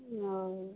ओ